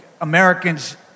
Americans